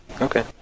Okay